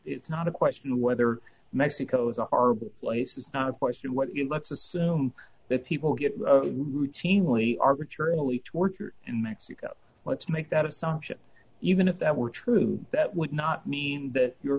it's not a question of whether mexico is a horrible place it's not of course what you let's assume that people get routinely arbitrarily tortured in mexico let's make that assumption even if that were true that would not mean that your